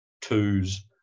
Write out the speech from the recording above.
twos